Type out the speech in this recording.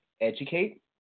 educate